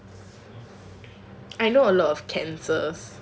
I know a lot of cancers